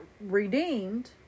redeemed